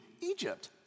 Egypt